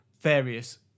various